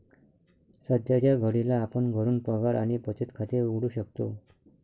सध्याच्या घडीला आपण घरून पगार आणि बचत खाते उघडू शकतो